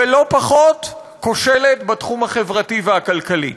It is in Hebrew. ולא פחות כושלת בתחום החברתי והכלכלי.